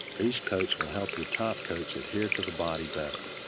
these coats will help your top coats adhere to the body better.